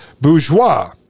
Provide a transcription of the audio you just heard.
bourgeois